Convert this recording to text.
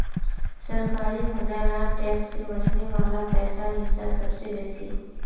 सरकारी खजानात टैक्स से वस्ने वला पैसार हिस्सा सबसे बेसि